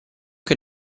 che